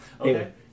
Okay